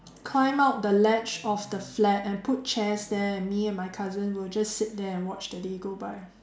climb out the ledge of the flat and put chairs there and me and my cousin will just sit there and watch the day go by